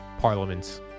Parliaments